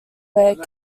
where